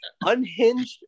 unhinged